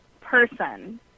person